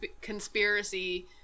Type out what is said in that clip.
conspiracy